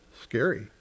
scary